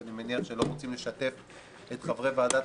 ואני מניח שלא רוצים לשתף את חברי ועדת